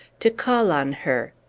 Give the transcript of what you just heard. to call on her.